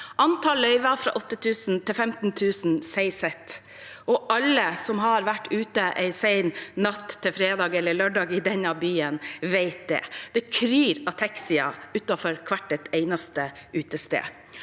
antall løyver har gått fra 8 000 til 15 000 sier sitt, og alle som har vært ute en sen natt fredag eller lørdag i denne byen, vet det. Det kryr av taxier utenfor hvert eneste utested.